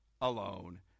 alone